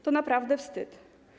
To naprawdę wstyd.